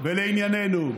לענייננו.